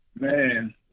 Man